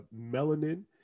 melanin